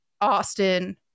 Austin